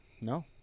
No